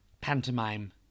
pantomime